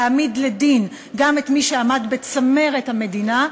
להעמיד לדין גם את מי שעמד בצמרת המדינה,